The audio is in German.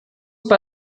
bei